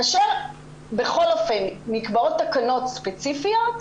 כאשר בכל אופן נקבעות תקנות ספציפיות,